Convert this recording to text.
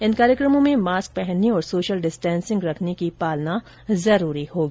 इन कार्यक्रमों में मास्क पहनने और सोशल डिस्टेसिंग रखने की पालना जरूरी होगी